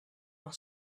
off